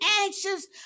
anxious